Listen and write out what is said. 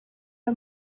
aya